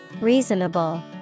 Reasonable